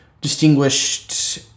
distinguished